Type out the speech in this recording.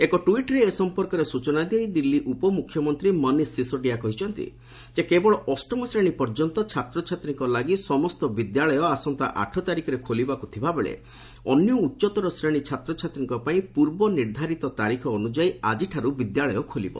ଏକ ଟୁଇଟ୍ରେ ଏ ସଂପର୍କରେ ସୂଚନା ଦେଇ ଦିଲ୍ଲୀ ଉପମୁଖ୍ୟମନ୍ତ୍ରୀ ମନୀଷ ସିସୋଡିଆ କହିଛନ୍ତି କେବଳ ଅଷ୍ଟମ ଶ୍ରେଣୀ ପର୍ଯ୍ୟନ୍ତ ଛାତ୍ରଛାତ୍ରୀଙ୍କ ଲାଗି ସମସ୍ତ ବିଦ୍ୟାଳୟ ଆସନ୍ତା ଆଠ ତାରିଖରେ ଖୋଲିବାକୁ ଥିବା ବେଳେ ଅନ୍ୟ ଉଚ୍ଚତର ଶ୍ରେଣୀ ଛାତ୍ରଛାତ୍ରୀଙ୍କ ପାଇଁ ପୂର୍ବ ନିର୍ଦ୍ଧାରିତ ତାରିଖ ଅନୁଯାୟୀ ଆଜିଠାରୁ ବିଦ୍ୟାଳୟ ଖୋଲିବ